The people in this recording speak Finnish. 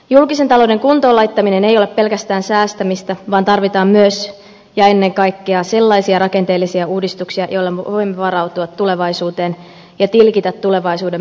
julkisen talouden kuntoon laittaminen ei ole pelkästään säästämistä vaan tarvitaan myös ja ennen kaikkea sellaisia rakenteellisia uudistuksia joilla me voimme varautua tulevaisuuteen ja tilkitä tulevaisuuden menosyöppöjä